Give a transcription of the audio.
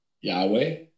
Yahweh